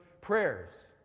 prayers